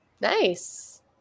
Nice